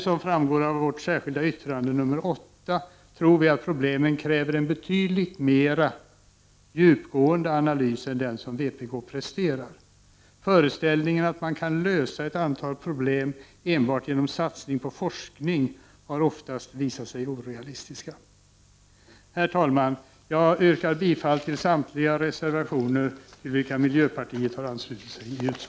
Som framgår av vårt särskilda yttrande nr 8 tror vi att problemen kräver en betydligt mera djupgående analys än den som vpk presterar, och föreställningen att man kan lösa ett antal problem enbart genom satsning på forskning har oftast visat sig orealistisk. Herr talman! Jag yrkar bifall till samtliga de reservationer fogade till betänkandet, till vilka miljöpartiet har anslutit sig.